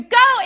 go